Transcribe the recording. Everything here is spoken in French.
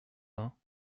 vingts